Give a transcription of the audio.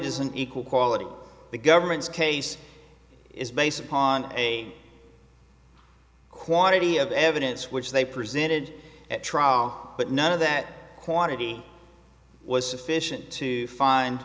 does an equal quality the government's case is based upon a quantity of evidence which they presented at trial but none of that quantity was sufficient to find